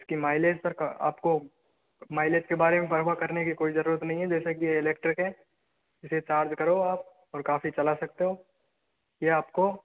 इसकी mileage sir आपको mileage के बारे मे परवाह करने की कोई जरूरत नहीं है जैसा कि ये इलेक्ट्रिक है इसे चार्ज करो आप और काफ़ी चला सकते हो ये आपको